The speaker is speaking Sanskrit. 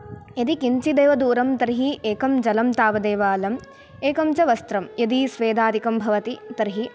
यदि किञ्चिदेव दूरं तर्हि एकं जलं तावदेव अलम् एकं च वस्त्रं यदि स्वेदादिकं भवति तर्हि